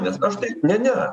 nes aš tai ne ne